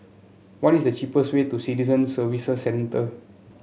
what is the cheapest way to Citizen Services Centre